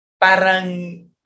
parang